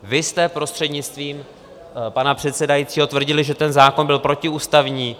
Vy jste, prostřednictvím pana předsedajícího, tvrdili, že ten zákon byl protiústavní.